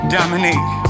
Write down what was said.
Dominique